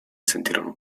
sentirono